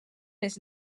les